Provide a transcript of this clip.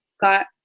got